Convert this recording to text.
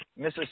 Mrs